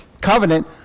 covenant